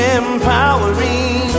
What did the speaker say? empowering